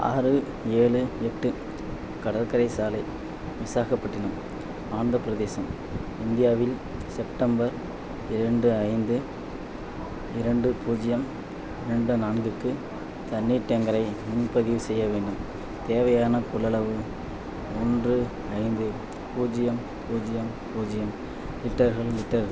ஆறு ஏழு எட்டு கடற்கரை சாலை விசாகப்பட்டினம் ஆந்திரப் பிரதேசம் இந்தியாவில் செப்டம்பர் இரண்டு ஐந்து இரண்டு பூஜ்ஜியம் ரெண்டு நான்குக்கு தண்ணீர் டேங்கரை முன்பதிவு செய்ய வேண்டும் தேவையான கொள்ளளவு ஒன்று ஐந்து பூஜ்ஜியம் பூஜ்ஜியம் பூஜ்ஜியம் லிட்டர்கள் லிட்டர்கள்